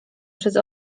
przez